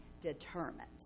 determines